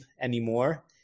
anymore